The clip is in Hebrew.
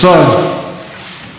אני מבקש להודות לכולם,